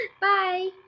Bye